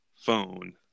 phone